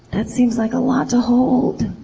that seems like a lot to hold.